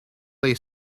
lay